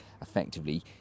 effectively